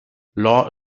law